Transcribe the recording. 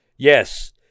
Yes